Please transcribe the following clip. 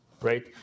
right